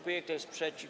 Kto jest przeciw?